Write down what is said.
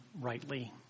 rightly